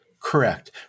Correct